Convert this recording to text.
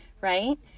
Right